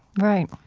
right.